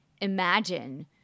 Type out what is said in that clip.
imagine